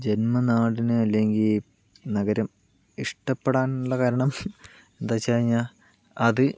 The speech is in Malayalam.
ജന്മനാടിനെ അല്ലങ്കിൽ നഗരം ഇഷ്ട്ടപ്പെടാനുള്ള കാരണം എന്താന്ന് വെച്ച് കഴിഞ്ഞാൽ അത്